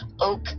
oak